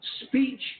speech